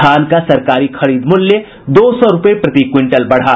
धान का सरकारी खरीद मूल्य दो सौ रूपये प्रति क्विंटल बढ़ा